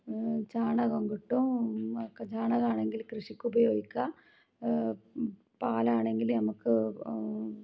ചാണകം കിട്ടും ചാണകമാണെങ്കിൽ കൃഷിക്കുപയോഗിക്കാം പാലാണെങ്കിൽ നമുക്ക്